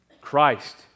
Christ